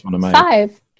five